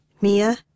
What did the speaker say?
Mia